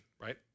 right